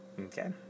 Okay